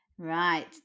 Right